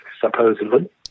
Supposedly